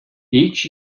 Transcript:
each